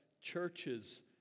churches